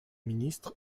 ministre